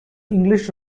english